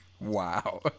Wow